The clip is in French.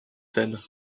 scènes